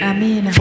Amen